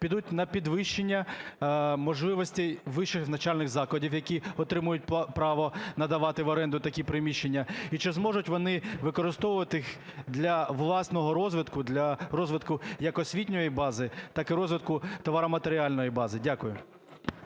підуть на підвищення можливостей вищих навчальних закладів, які отримають право надавати в оренду такі приміщення? І чи зможуть вони використовувати їх для власного розвитку, для розвитку як освітньої бази, так і розвитку товарно-матеріальної бази? Дякую.